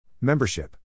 Membership